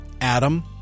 Adam